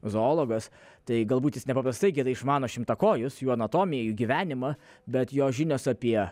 zoologas tai galbūt jis nepaprastai gerai išmano šimtakojus jų anatomiją jų gyvenimą bet jo žinios apie